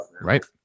right